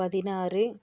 பதினாறு